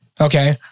Okay